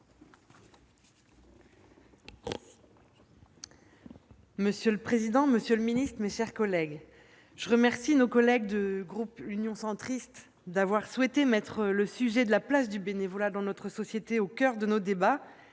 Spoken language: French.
Monsieur le président, monsieur le secrétaire d'État, mes chers collègues, je remercie les membres du groupe Union Centriste d'avoir souhaité mettre le sujet de la place du bénévolat dans notre société au coeur de nos débats.